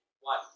one